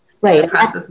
Right